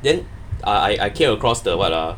then I came across the what lah